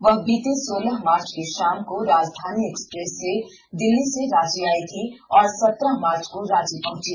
वह बीते सोलह मार्च की शाम को राजधानी एक्सप्रेस से दिल्ली से रांची आई थी और सत्रह मार्च को रांची पहंची